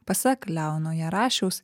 pasak leono jarašiaus